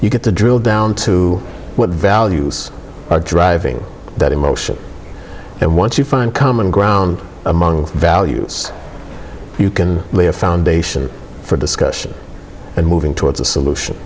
you get to drill down to what values are driving that emotion and once you find common ground among values you can lay a foundation for discussion and moving towards a